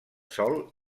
sol